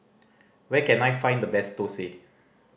where can I find the best thosai